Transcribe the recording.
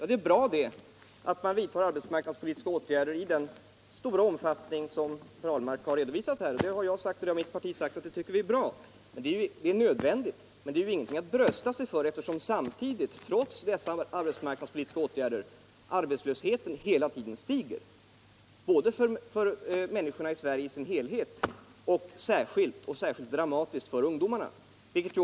Herr talman! Det är bra att man vidtar arbetsmarknadspolitiska åtgärder i den stora omfattning som Per Ahlmark har redovisat här. Jag och mitt parti har också sagt att vi tycker detta är bra. Men det är ju nödvändigt att göra det och ingenting att brösta sig över, eftersom samtidigt, trots dessa arbetsmarknadspolitiska åtgärder, arbetslösheten hela tiden stiger, både för människorna i Sverige i dess helhet och — särskilt dramatiskt - för ungdomarna.